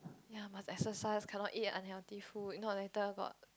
ya but exercise cannot eat unhealthy food you know later got